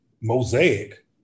mosaic